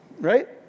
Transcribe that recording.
right